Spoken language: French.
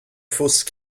fosse